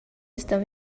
estão